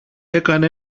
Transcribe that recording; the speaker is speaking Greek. έκανε